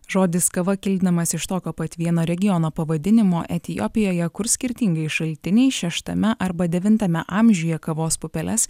žodis kava kildinamas iš tokio pat vieno regiono pavadinimo etiopijoje kur skirtingais šaltiniais šeštame arba devintame amžiuje kavos pupeles